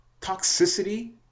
Toxicity